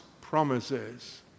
promises